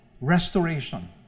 restoration